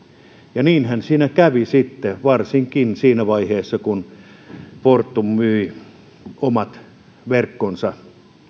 ja niinhän siinä kävi sitten varsinkin siinä vaiheessa kun fortum myi omat verkkonsa